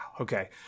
Okay